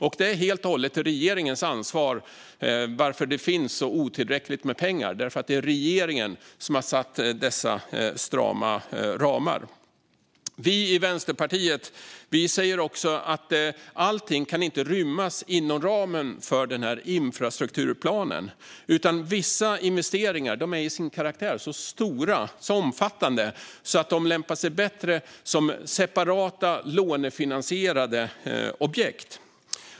Att det är så otillräckligt med pengar är helt och hållet regeringens ansvar, för det är regeringen som har satt upp dessa strama ramar. Vi i Vänsterpartiet säger också att allt inte kan rymmas inom ramen för infrastrukturplanen, utan vissa investeringar är till sin karaktär så stora och omfattande att de lämpar sig bättre som separata lånefinansierade projekt.